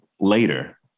later